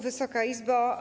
Wysoka Izbo!